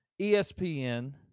ESPN